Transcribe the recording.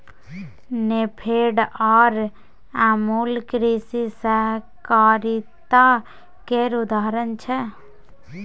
नेफेड आर अमुल कृषि सहकारिता केर उदाहरण छै